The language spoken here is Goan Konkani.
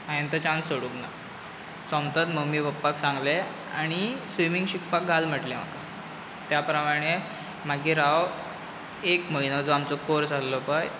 हांयेन चान्स सोडूंक ना सोमतेच मम्मी पप्पाक सांगलें आनी स्विमींग शिकपाक घाल म्हटलें म्हाका त्या प्रमाणें मागीर हांव एक म्हयनो जो आमचो कोर्स आहलो पय